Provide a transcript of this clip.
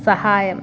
സഹായം